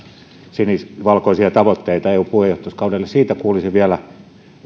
sinivalkoisia tavoitteita eun puheenjohtajuuskaudelle siitä kuulisin vielä